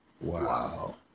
Wow